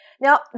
Now